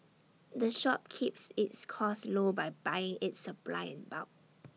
the shop keeps its costs low by buying its supplies in bulk